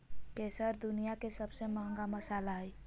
केसर दुनिया के सबसे महंगा मसाला हइ